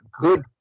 good